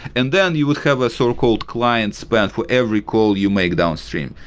and then you would have a so-called client span for every call you make downstream.